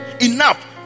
enough